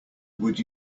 would